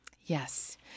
Yes